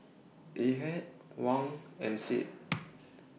Ahad Wan and Said